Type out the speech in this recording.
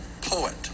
poet